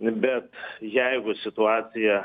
bet jeigu situacija